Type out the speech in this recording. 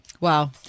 Wow